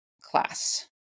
class